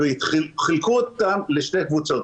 חילקו אותם לשתי קבוצות,